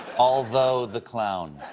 although the clown.